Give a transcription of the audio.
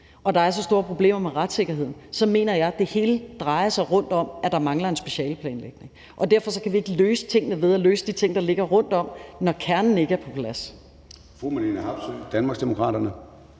at der er så store problemer med retssikkerheden, så mener jeg, det hele drejer sig om, at der mangler en specialeplanlægning. Og derfor kan vi ikke løse tingene ved at løse de ting, der ligger rundt om det, når kernen ikke er på plads. Kl. 10:21 Formanden (Søren